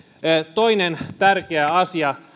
toinen tärkeä asia